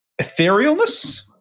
Etherealness